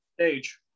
stage